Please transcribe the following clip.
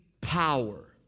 power